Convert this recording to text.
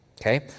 Okay